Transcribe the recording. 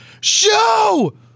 show